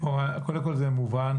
מור, קודם כול, זה מובן.